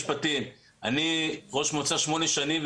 אני ראש מועצה שמונה שנים,